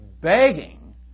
begging